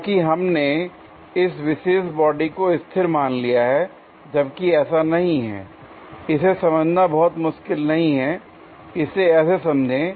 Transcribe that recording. क्योंकि हमने इस विशेष बॉडी को स्थिर मान लिया है जबकि ऐसा नहीं है l इसे समझना बहुत मुश्किल नहीं है इसे ऐसे समझें